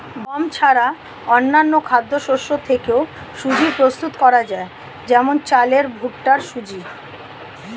গম ছাড়া অন্যান্য খাদ্যশস্য থেকেও সুজি প্রস্তুত করা যায় যেমন চালের ভুট্টার সুজি